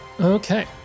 Okay